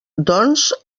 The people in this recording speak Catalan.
doncs